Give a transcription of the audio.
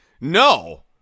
no